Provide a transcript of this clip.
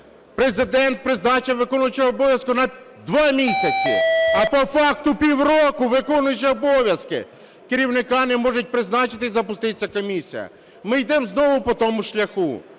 Президент призначив виконуючого обов'язки на 2 місяці, а по факту півроку виконуючий обов'язки. Керівника не можуть призначити і запуститися комісія. Ми йдемо знову по тому ж шляху.